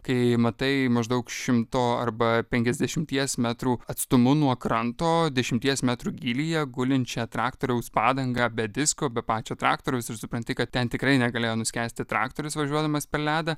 kai matai maždaug šimto arba penkiasdešimties metrų atstumu nuo kranto dešimties metrų gylyje gulinčią traktoriaus padangą be disko be pačio traktoriaus ir supranti kad ten tikrai negalėjo nuskęsti traktorius važiuodamas per ledą